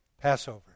Passover